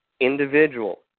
individual